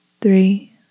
three